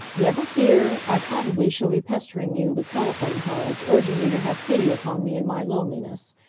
never fear! i probably shall be pestering you with telephone calls, urging you to have pity upon me in my loneliness.